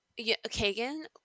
Kagan